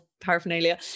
paraphernalia